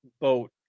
boat